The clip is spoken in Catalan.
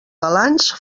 balanç